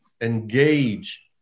engage